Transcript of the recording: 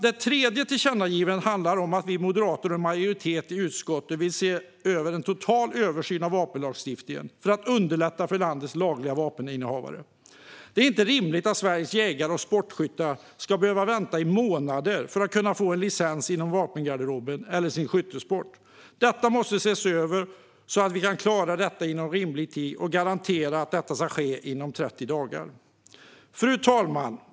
Det tredje tillkännagivandet handlar om att vi moderater och en majoritet i utskottet vill se en total översyn av vapenlagstiftningen för att underlätta för landets lagliga vapeninnehavare. Det är inte rimligt att Sveriges jägare och sportskyttar ska behöva vänta i månader på att kunna få en licens inom vapengarderoben eller till sin skyttesport. Detta måste ses över så att vi klarar detta inom rimlig tid och kan garantera att det sker inom 30 dagar. Fru talman!